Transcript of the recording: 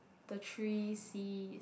the three C's